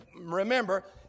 Remember